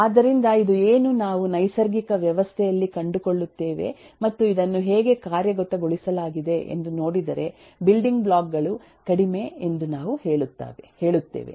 ಆದ್ದರಿಂದ ಇದು ಏನು ನಾವು ನೈಸರ್ಗಿಕ ವ್ಯವಸ್ಥೆಯಲ್ಲಿ ಕಂಡುಕೊಳ್ಳುತ್ತೇವೆ ಮತ್ತು ಇದನ್ನು ಹೇಗೆ ಕಾರ್ಯಗತಗೊಳಿಸಲಾಗಿದೆ ಎಂದು ನೋಡಿದರೆ ಬಿಲ್ಡಿಂಗ್ ಬ್ಲಾಕ್ ಗಳು ಕಡಿಮೆ ಎಂದು ನಾವು ಹೇಳುತ್ತೇವೆ